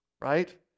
right